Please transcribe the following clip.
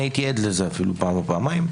אני הייתי עד לזה אפילו פעם או פעמיים,